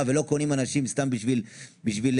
ולא קונים אנשים סתם בשביל פרוטקשן.